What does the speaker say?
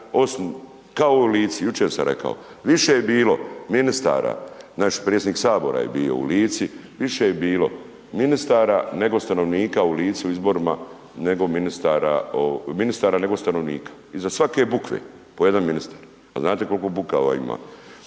kao i u Lici, jučer sam rekao, više je bilo ministara, naš predsjednik sabora je bio u Lici, više je bilo ministara nego stanovnika u Lici u izborima, nego ministara, ministara nego stanovnika, iza svake bukve po jedan ministar, a znate kolko bukava ima